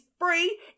free